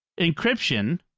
encryption